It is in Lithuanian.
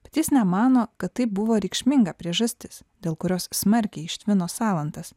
bet jis nemano kad tai buvo reikšminga priežastis dėl kurios smarkiai ištvino salantas